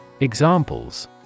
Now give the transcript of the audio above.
Examples